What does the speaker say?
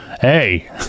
Hey